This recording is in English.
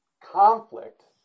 conflict